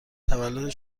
تولد